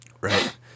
Right